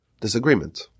disagreement